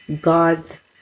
god's